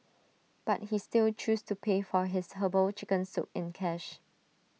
but he still chose to pay for his Herbal Chicken Soup in cash